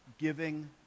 giving